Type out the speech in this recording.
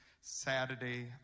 Saturday